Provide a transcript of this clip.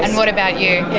and what about you?